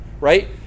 right